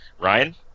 Ryan